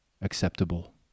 acceptable